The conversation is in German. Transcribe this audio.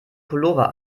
pullover